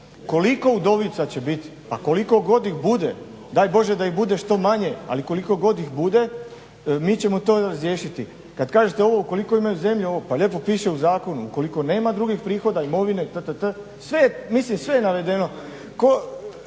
koliko udovica će biti? Pa koliko god ih bude. Daj Bože da ih bude što manje, ali koliko god ih bude mi ćemo to riješiti. Kad kažete ovo koliko imaju zemlje i ovo, pa lijepo piše u zakonu ukoliko nema drugih prihoda imovine itd., mislim sve je navedeno.